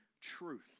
truth